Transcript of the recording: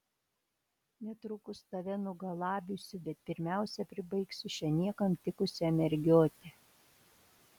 netrukus tave nugalabysiu bet pirmiausia pribaigsiu šią niekam tikusią mergiotę